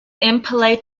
impolite